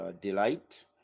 delight